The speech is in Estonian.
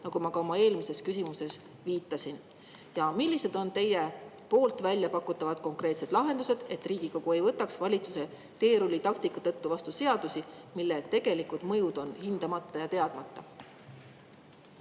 nagu ma ka oma eelmises küsimuses viitasin. Millised on teie pakutavad konkreetsed lahendused, et Riigikogu ei võtaks valitsuse teerullitaktika tõttu vastu seadusi, mille tegelikud mõjud on hindamata ja teadmata?